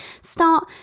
start